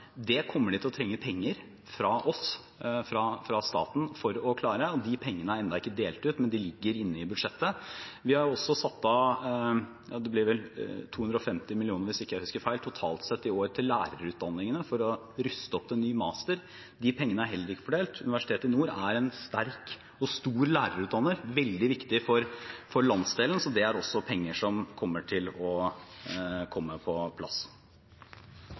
Det kommer de til å trenge penger fra staten for å klare, og de pengene er ennå ikke delt ut, men de ligger inne i budsjettet. Vi har også satt av 250 mill. kr – hvis jeg ikke husker feil – totalt sett i år til lærerutdanningene for å ruste opp til ny master. De pengene er heller ikke fordelt. Nord universitet er en sterk og stor lærerutdanner, veldig viktig for landsdelen, så det er også penger som kommer til å komme på plass.